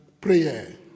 prayer